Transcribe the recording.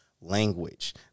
language